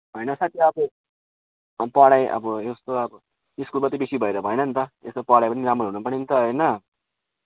होइन साथी अब हन पढाइ अब यस्तो अब स्कुलमात्रै बेसी भएर भएन नि त यसो पढाइ पनि त राम्रो हुनुपर्यो नि त होइन